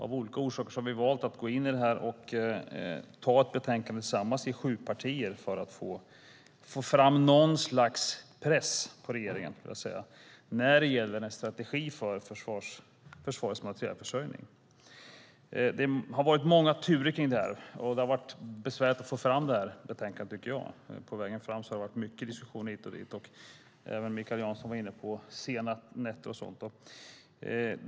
Av olika orsaker har vi valt att gå in i det här och ta ett betänkande tillsammans i sju partier för att få fram något slags press på regeringen när det gäller en strategi för försvarets materielförsörjning. Det har varit många turer kring det här och har varit besvärligt att få fram betänkandet. På vägen fram har det varit många diskussioner hit och dit. Även Mikael Jansson var inne på sena nätter och sådant.